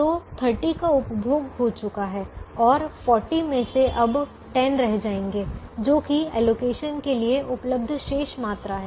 तो 30 का उपभोग हो चुका है और 40 में से अब 10 रह जाएंगे जो कि एलोकेशन के लिए उपलब्ध शेष मात्रा है